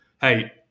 hey